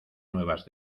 nuevas